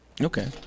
Okay